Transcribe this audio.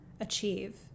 achieve